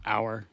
Hour